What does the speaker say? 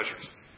pleasures